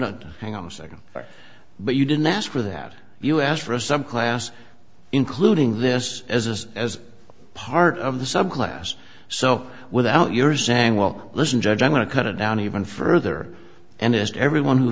not hang on a second but you didn't ask for that you asked for some class including this as is as part of the subclass so without your saying well listen judge i'm going to cut it down even further and asked everyone who